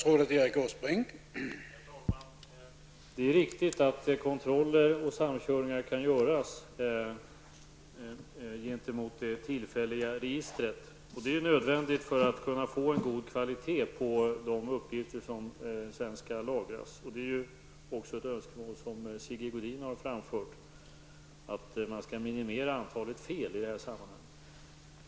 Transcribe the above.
Herr talman! Det är riktigt att kontroller och samkörningar kan göras gentemot det tillfälliga registret. Det är nödvändigt för att kunna få en god kvalitet på de uppgifter som sedan skall lagras. Även Sigge Godin har ju framför önskemålet att man skall minimera antalet fel i det här sammanhanget.